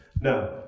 now